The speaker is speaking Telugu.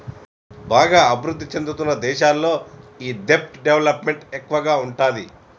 బాగా అభిరుద్ధి చెందుతున్న దేశాల్లో ఈ దెబ్ట్ డెవలప్ మెంట్ ఎక్కువగా ఉంటాది